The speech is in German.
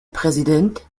präsident